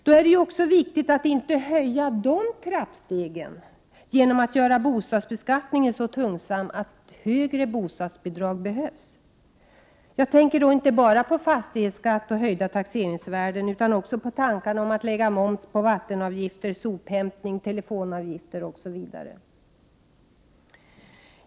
Då är det också viktigt att inte höja de trappstegen, genom att göra bostadsbeskattningen så betungande att högre bostadsbidrag behövs. Jag tänker då inte bara på fastighetsskatt och höjda taxeringsvärden utan också på förslagen att lägga moms på vattenavgifter, sophämtning, telefonavgifter, osv.